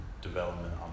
development